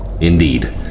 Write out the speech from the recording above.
Indeed